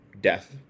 death